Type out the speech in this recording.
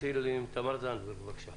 נתחיל עם תמר זנדברג, בבקשה.